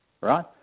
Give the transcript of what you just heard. right